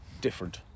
different